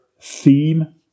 theme